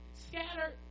Scattered